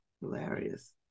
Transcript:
hilarious